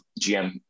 GM